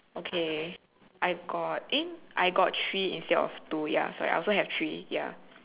okay I got eh I got three instead of two ya sorry I also have three ya